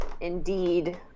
indeed